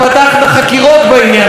אז גם הכנסת תיזכר,